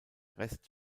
rest